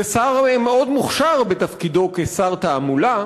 זה שר מאוד מוכשר בתפקידו כשר תעמולה,